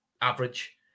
average